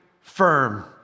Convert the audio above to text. firm